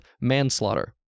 manslaughter